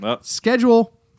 schedule